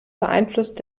beeinflusst